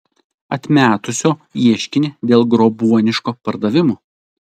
atmetusio ieškinį dėl grobuoniško pardavimo